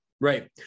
Right